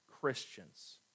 Christians